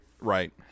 Right